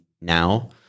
now